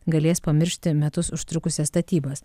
galės pamiršti metus užtrukusias statybas